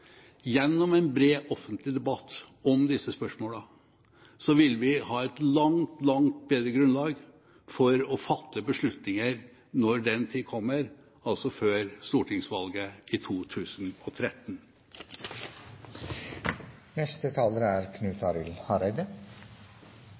gjennom en bred, offentlig debatt om disse spørsmålene vil vi ha et langt, langt bedre grunnlag for å fatte beslutninger når den tid kommer, altså før stortingsvalget i 2013.